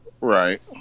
Right